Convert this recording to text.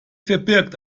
verbirgt